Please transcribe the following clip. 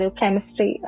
chemistry